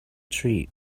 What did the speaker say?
treat